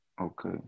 Okay